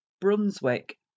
brunswick